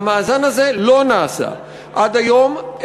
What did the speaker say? והמאזן הזה לא נעשה עד היום,